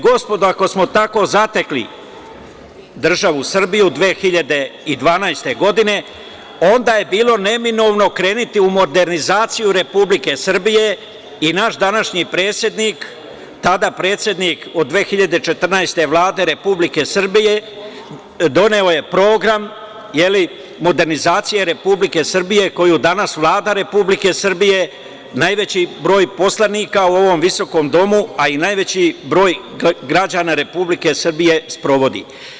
Gospodo, ako smo tako zatekli državu Srbiju 2012. godine, onda je bilo neminovno krenuti u modernizaciju Republike Srbije i naš današnji predsednik, tada predsednik, od 2014. godine, Vlade Republike Srbije, doneo je program modernizacije Republike Srbije, koju danas Vlada Republike Srbije, najveći broj poslanika u ovom visokom domu, a i najveći broj građana Republike Srbije sprovodi.